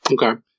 Okay